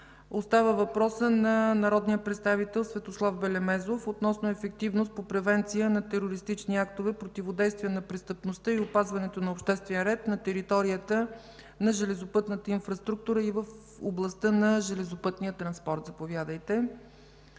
Остава въпросът на народния представител Светослав Белемезов относно ефективност по превенция на терористични актове, противодействие на престъпността и опазването на обществения ред на територията на железопътната инфраструктура и в областта на железопътния транспорт. Заповядайте.